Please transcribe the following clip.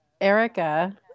Erica